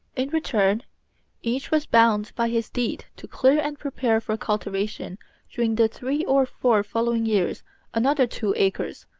in return each was bound by his deed to clear and prepare for cultivation during the three or four following years another two acres,